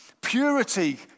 purity